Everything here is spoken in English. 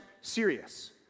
serious